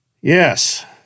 Yes